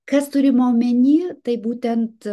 kas turima omeny tai būtent